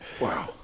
Wow